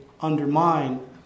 undermine